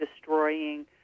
destroying